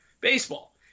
baseball